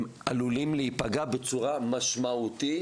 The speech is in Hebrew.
הם עלולים להיפגע בצורה משמעותית,